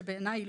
שבעיניי,